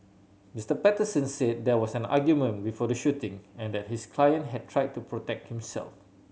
Mister Patterson said there was an argument before the shooting and that his client had tried to protect himself